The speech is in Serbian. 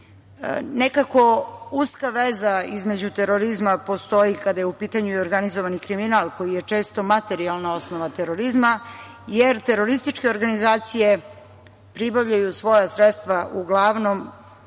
Nekako uska veza između terorizma postoji kada je u pitanju organizovani kriminal koji je često materijalna osnova terorizma, jer terorističke organizacije pribavljaju svoja sredstva uglavnom